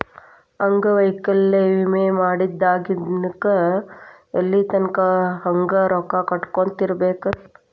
ಅಂಗವೈಕಲ್ಯ ವಿಮೆ ಮಾಡಿದ್ಮ್ಯಾಕ್ ಎಲ್ಲಿತಂಕಾ ಹಂಗ ರೊಕ್ಕಾ ಕಟ್ಕೊತಿರ್ಬೇಕ್?